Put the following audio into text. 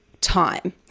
time